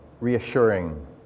reassuring